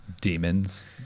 demons